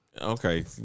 Okay